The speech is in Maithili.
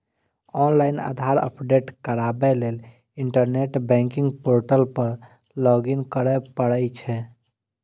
ऑनलाइन आधार अपडेट कराबै लेल इंटरनेट बैंकिंग पोर्टल पर लॉगइन करय पड़ै छै